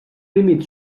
límit